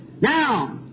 Now